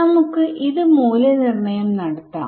നമുക്ക് മൂല്യനിർണ്ണയം നടത്താം